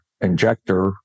injector